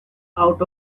out